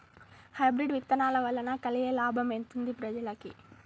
Hybrid విత్తనాల వలన కలిగే లాభం ఎంతుంది ప్రజలకి?